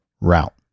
route